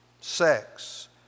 sex